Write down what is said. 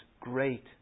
great